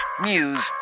news